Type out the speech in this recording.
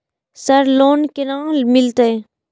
Sir loan केना मिलते?